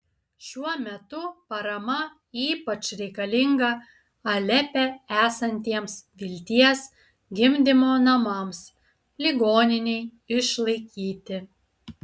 šiuo metu parama ypač reikalinga alepe esantiems vilties gimdymo namams ligoninei išlaikyti